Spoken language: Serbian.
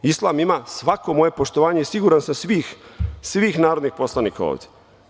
Islam ima svako moje poštovanje i siguran sam svih narodnih poslanika ovde.